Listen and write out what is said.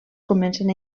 comencen